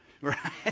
Right